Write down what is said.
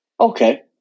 Okay